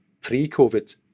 pre-COVID